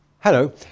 Hello